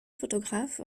photographe